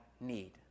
need